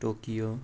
Tokyo